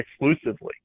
exclusively